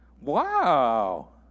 Wow